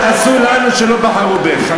מה העוול הנורא שעשו לנו שלא בחרו בך?